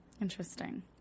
Interesting